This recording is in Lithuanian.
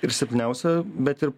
ir silpniausia bet ir